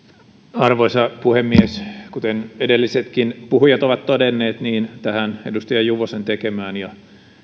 arvoisa puhemies kuten edellisetkin puhujat ovat todenneet tähän edustaja juvosen tekemään ja